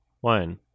one